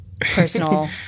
personal